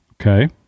Okay